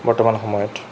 বৰ্তমান সময়ত